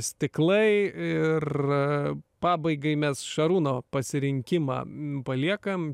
stiklai ir pabaigai mes šarūno pasirinkimą paliekam